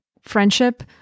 friendship